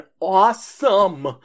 awesome